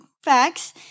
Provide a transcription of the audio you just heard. facts